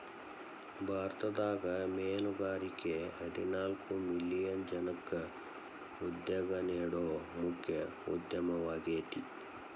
ಭಾರತದಾಗ ಮೇನುಗಾರಿಕೆ ಹದಿನಾಲ್ಕ್ ಮಿಲಿಯನ್ ಜನಕ್ಕ ಉದ್ಯೋಗ ನೇಡೋ ಮುಖ್ಯ ಉದ್ಯಮವಾಗೇತಿ